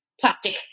plastic